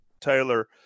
Taylor